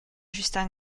justin